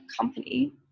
company